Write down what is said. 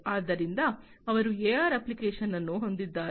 ಆದ್ದರಿಂದ ಅವರು AR application ಅನ್ನು ಹೊಂದಿದ್ದಾರೆ